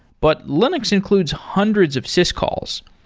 but linux includes hundreds of syscalls.